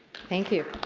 thank you.